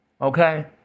Okay